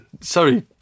Sorry